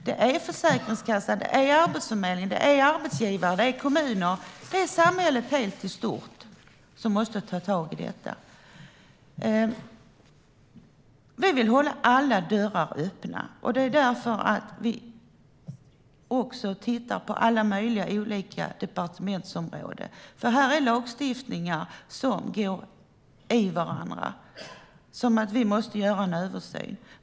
Det är Försäkringskassan, Arbetsförmedlingen, arbetsgivare och kommuner, alltså samhället i stort, som måste ta tag i detta. Vi vill hålla alla dörrar öppna. Det är därför som vi tittar på alla möjliga olika departementsområden, för lagstiftningarna går i varandra, och därför måste vi göra en översyn.